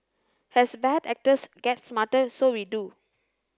as bad actors get smarter so we do